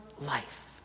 life